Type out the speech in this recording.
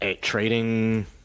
Trading